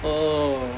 oh